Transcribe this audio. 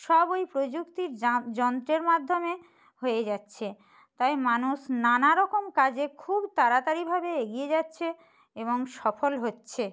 সব ওই প্রযুক্তির যন্ত্রের মাধ্যমে হয়ে যাচ্ছে তাই মানুষ নানা রকম কাজে খুব তাড়াতাড়িভাবে এগিয়ে যাচ্ছে এবং সফল হচ্ছে